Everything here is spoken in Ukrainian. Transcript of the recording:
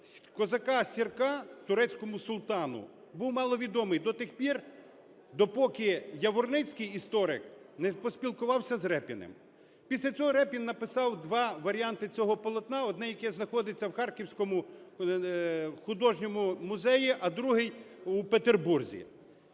козака Сірка турецькому султану був маловідомий до тих пір, допоки Яворницький, історик, не поспілкувався з Рєпіним. Після цього Рєпін написав два варіанти цього полотна. Одне - яке знаходиться в Харківському художньому музеї, а друге – у Петербурзі.